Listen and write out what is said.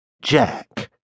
Jack